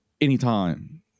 anytime